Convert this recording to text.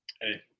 Hey